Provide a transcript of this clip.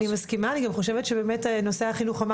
אני מסכימה, אני גם חושבת שנושא החינוך הוא